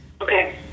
okay